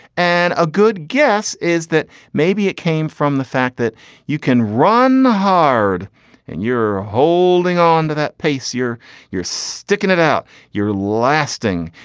and a good guess is that maybe it came from the fact that you can run hard and you're holding onto that pace here you're sticking it out you're lasting.